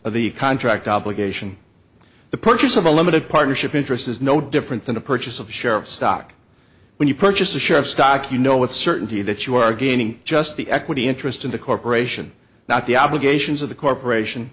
of the contract obligation the purchase of a limited partnership interest is no different than the purchase of a share of stock when you purchase a share of stock you know with certainty that you are gaining just the equity interest in the corporation not the obligations of the corporation